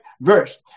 verse